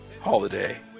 holiday